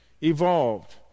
evolved